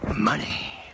Money